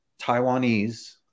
Taiwanese